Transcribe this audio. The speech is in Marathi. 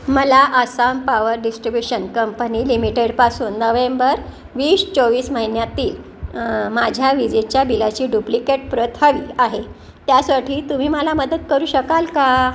मला आसाम पावर डिस्टीब्युशन कंपनी लिमिटेडपासून नव्हेंबर वीस चोवीस महिन्यातील माझ्या विजेच्या बिलाची डुप्लिकेट प्रत हवी आहे त्यासाठी तुम्ही मला मदत करू शकाल का